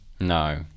no